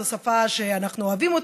זו השפה שאנחנו אוהבים,